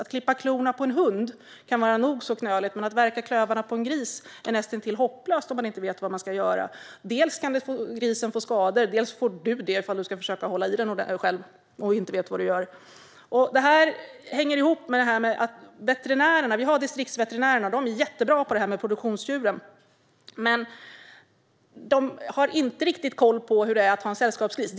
Att klippa klorna på en hund kan vara nog så knöligt, men att verka klövarna på en gris är näst intill hopplöst om man inte vet vad man ska göra. Dels kan grisen få skador, dels får du skador ifall du försöker hålla i den själv och inte vet vad du gör. Det här hänger ihop med frågan om veterinärerna. Distriktsveterinärerna är jättebra på produktionsdjuren. Men de har inte riktigt koll på hur det är att ha en sällskapsgris.